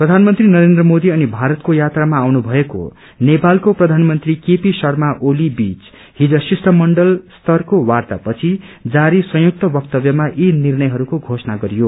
प्रधानमन्त्री नरेन्द्र मोदी अनि भारतको यात्रामा आउनु भएको नेपालको प्रधानमन्त्री केपी शर्मा ओली बीच हिज शिष्टपण्डल स्तरको वार्ता पछि जारी संयुक्त वक्तव्यमा यी निर्णयहरूको घोषणा गरियो